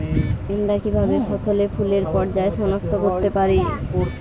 আমরা কিভাবে ফসলে ফুলের পর্যায় সনাক্ত করতে পারি?